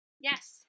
Yes